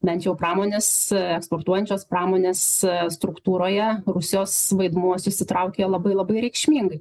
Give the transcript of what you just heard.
bent jau pramonės eksportuojančios pramonės struktūroje rusijos vaidmuo susitraukė labai labai reikšmingai